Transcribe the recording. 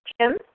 Kim